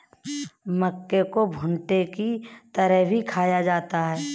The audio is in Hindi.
मक्के को भुट्टे की तरह भी खाया जाता है